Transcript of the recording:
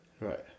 right